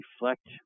reflect